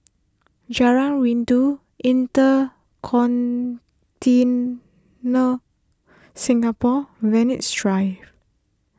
Jalan Rindu InterContinent Singapore Venus Drive